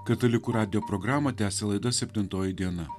katalikų radijo programą tęsia laida septintoji diena